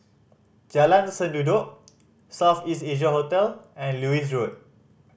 Jalan Sendudok South East Asia Hotel and Lewis Road